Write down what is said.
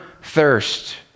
thirst